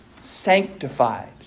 sanctified